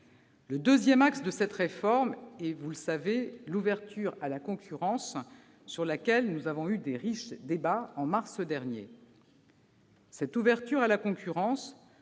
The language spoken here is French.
Le deuxième axe de cette réforme est, vous le savez, l'ouverture à la concurrence, sur laquelle nous avons eu de riches débats en mars dernier. J'observe que le principe de